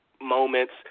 moments